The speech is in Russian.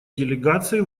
делегации